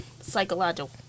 psychological